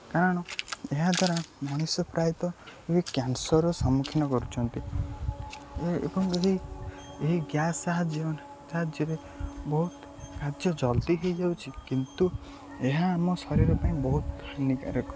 କାରଣ ଏହା ଦ୍ୱାରା ମଣିଷ ପ୍ରାୟତଃ ଏ କ୍ୟାନ୍ସର୍ର ସମ୍ମୁଖୀନ କରୁଛନ୍ତି ଏବଂ ଯଦ ଏହି ଏହି ଗ୍ୟାସ୍ ସାହାଯ୍ୟ ସାହାଯ୍ୟରେ ବହୁତ କାର୍ଯ୍ୟ ଜଲ୍ଦି ହୋଇଯାଉଛି କିନ୍ତୁ ଏହା ଆମ ଶରୀର ପାଇଁ ବହୁତ ହାନିକାରକ